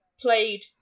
played